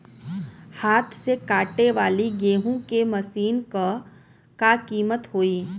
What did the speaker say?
हाथ से कांटेवाली गेहूँ के मशीन क का कीमत होई?